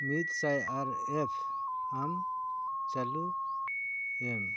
ᱢᱤᱫ ᱥᱟᱭ ᱟᱨ ᱮᱯᱷ ᱟᱢ ᱪᱟᱹᱞᱩᱭᱮᱢ